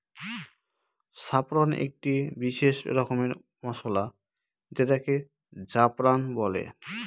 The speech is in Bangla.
স্যাফরন একটি বিশেষ রকমের মসলা যেটাকে জাফরান বলে